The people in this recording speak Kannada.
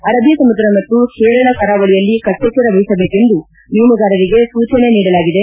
ಅರಬ್ಲಿಸಮುದ್ರ ಮತ್ತು ಕೇರಳ ಕರಾವಳಿಯಲ್ಲಿ ಕಟ್ಸೆಚ್ಲರವಹಿಸಬೇಕೆಂದು ಮೀನುಗಾರರಿಗೆ ಸೂಚನೆ ನೀಡಲಾಗಿದೆ